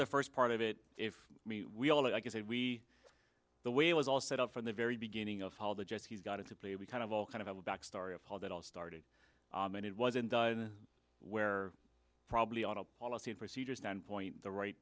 the first part of it if we all that i can say we the way it was all set up from the very beginning of the jets he's got to play we kind of all kind of a back story of how that all started and it wasn't done where probably on a policy of procedure standpoint the right